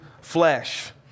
flesh